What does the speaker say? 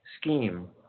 scheme